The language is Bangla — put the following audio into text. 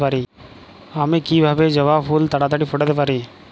আমি কিভাবে জবা ফুল তাড়াতাড়ি ফোটাতে পারি?